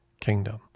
kingdom